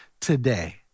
today